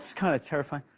kind of terrifying.